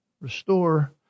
Restore